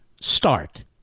start